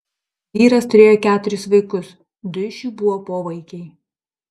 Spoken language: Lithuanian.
vyras turėjo keturis vaikus du iš jų buvo povaikiai